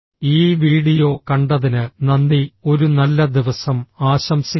ഈ വീഡിയോ കണ്ടതിന് നന്ദി ഒരു നല്ല ദിവസം ആശംസിക്കുന്നു